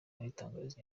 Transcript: abitangariza